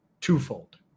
twofold